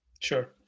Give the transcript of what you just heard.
Sure